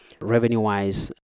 Revenue-wise